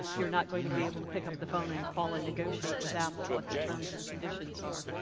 you're not going to be able to pick up the phone and call and negotiate with apple what the terms and conditions are.